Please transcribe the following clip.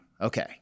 okay